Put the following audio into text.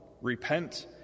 Repent